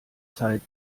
zeit